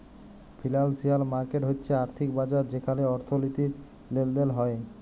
financial market হচ্যে আর্থিক বাজার যেখালে অর্থনীতির লেলদেল হ্য়েয়